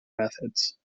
methods